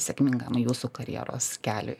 sėkmingam jūsų karjeros keliui